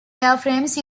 airframes